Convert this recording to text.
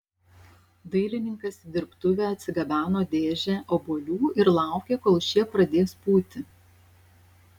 dailininkas į dirbtuvę atsigabeno dėžę obuolių ir laukė kol šie pradės pūti